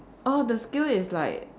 orh the skill is like